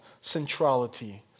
centrality